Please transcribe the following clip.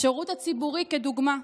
בשירות הציבורי, לדוגמה.